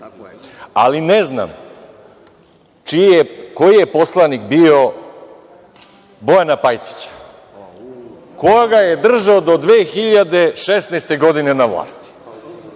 Ali, ne znam koji je poslanik bio Bojana Pajtića? Ko ga je držao do 2016. godine na vlasti?